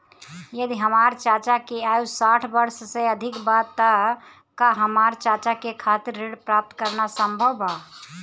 यदि हमार चाचा के आयु साठ वर्ष से अधिक बा त का हमार चाचा के खातिर ऋण प्राप्त करना संभव बा?